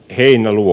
ei melu